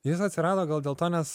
jis atsirado gal dėl to nes